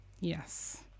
Yes